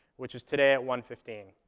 which is today at one fifteen.